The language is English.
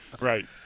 Right